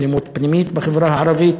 אלימות פנימית בחברה הערבית.